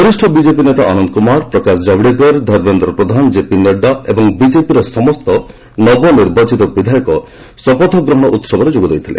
ବରିଷ୍ଣ ବିକେପି ନେତା ଅନନ୍ତକୁମାର ପ୍ରକାଶ ଜାଭ୍ଡେକର ଧର୍ମେନ୍ଦ୍ର ପ୍ରଧାନ ଜେପି ନଡ୍ଡା ଓ ବିଜେପିର ସମସ୍ତ ନବନିର୍ବାଚିତ ବିଧାୟକ ଶପଥ ଗ୍ରହଣ ଉତ୍ସବରେ ଯୋଗ ଦେଇଥିଲେ